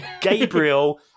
Gabriel